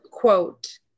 quote